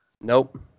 Nope